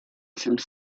some